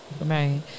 Right